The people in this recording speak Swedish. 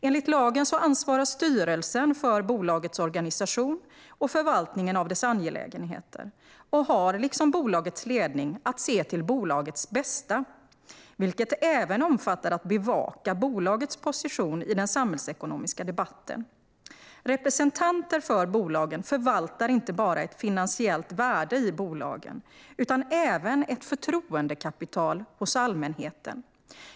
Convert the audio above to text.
Enligt lagen ansvarar styrelsen för bolagets organisation och förvaltningen av dess angelägenheter och har, liksom bolagets ledning, att se till bolagets bästa, vilket även omfattar att bevaka bolagets position i den samhällsekonomiska debatten. Representanter för bolagen förvaltar inte bara ett finansiellt värde i bolagen utan även ett förtroendekapital hos allmänheten.